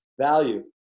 value